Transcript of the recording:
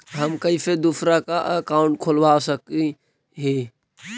हम कैसे दूसरा का अकाउंट खोलबा सकी ही?